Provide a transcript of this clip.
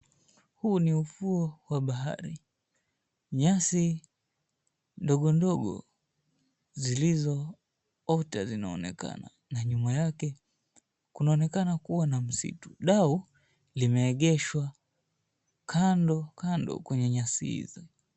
Huu ni ufuo wa bahari, nyasi ndogondogo zilizoota zinaonekana na nyuma yake, kunaonekana kuwa na msitu. Dau, limeegeshwa kando kando kwenye nyasi hizo.